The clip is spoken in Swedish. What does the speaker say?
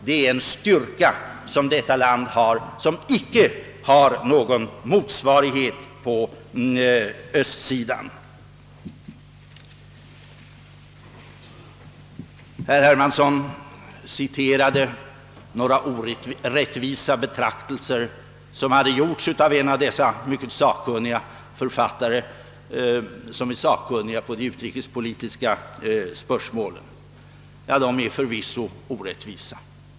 Det är en styrka hos detta land som icke har någon motsvarighet på östsidan. Herr Hermansson citerade några orättvisa betraktelser som hade gjorts av en av dessa i utrikespolitiska spörsmål mycket sakkunniga författare. De var förvisso orättvisa!